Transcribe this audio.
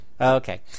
Okay